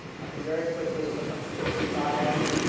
i can very quickly click on configure styles.